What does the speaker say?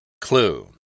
Clue